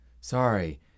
Sorry